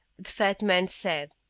the fat man said.